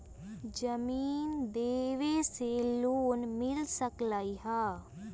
जमीन देवे से लोन मिल सकलइ ह?